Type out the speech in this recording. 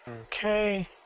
Okay